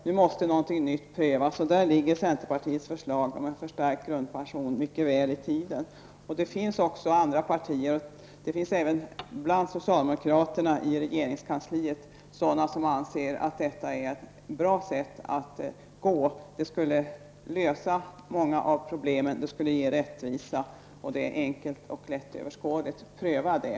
Nu måste någonting nytt prövas, och därvidlag ligger centerpartiets förslag om en förstärkt grundpension mycket väl i tiden. Det finns också hos andra partier -- även bland socialdemokrater i regeringskansliet -- de som anser att detta är ett bra sätt att gå till väga. Det skulle lösa många av problemen, det skulle ge rättvisa, och det är enkelt och lättöverskådligt. Pröva det!